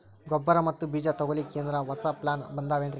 ಗೊಬ್ಬರ ಮತ್ತ ಬೀಜ ತೊಗೊಲಿಕ್ಕ ಎನರೆ ಹೊಸಾ ಪ್ಲಾನ ಬಂದಾವೆನ್ರಿ?